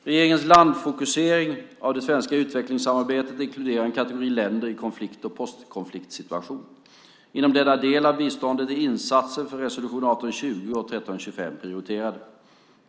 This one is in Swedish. Regeringens landfokusering av det svenska utvecklingssamarbetet inkluderar en kategori länder i konflikt och postkonfliktsituation. Inom denna del av biståndet är insatser för resolutionerna 1820 och 1325 prioriterade.